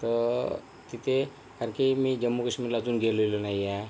तर तिथे आणखी मी जम्मू काश्मीरला अजून गेलेलो नाही आहे